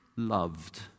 loved